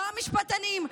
לא המשפטנים,